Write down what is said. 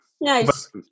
nice